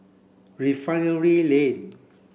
Refinery Lane